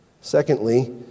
Secondly